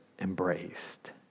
embraced